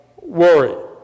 worry